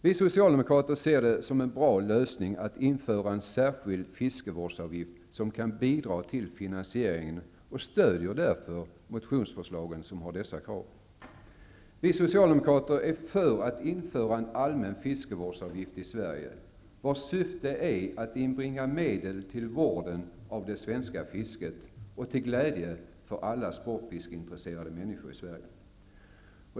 Vi socialdemokrater ser det som en bra lösning att införa en särskild fiskevårdsavgift som kan bidra till finansieringen och stödjer därför motionsförslagen som har dessa krav. Vi socialdemokrater är för att införa en allmän fiskevårdsavgift i Sverige, vars syfte är att inbringa medel till vården av det svenska fisket och till glädje för alla sportfiskeintresserade människor i Sverige.